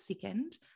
second